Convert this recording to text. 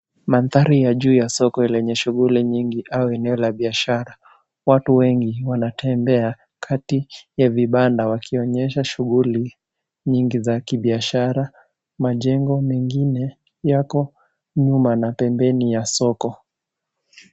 Mandhari ya juu ya soko lenye shughuli nyingi au eneo la biashara. Watu wengi wanatembea kati ya vibanda wakionyesha shughuli nyingi za kibiashara. Majengo mengine yako nyuma na pembeni ya soko.